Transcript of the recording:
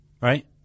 right